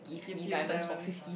give you diamonds